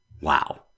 Wow